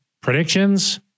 predictions